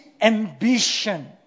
ambition